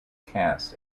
cast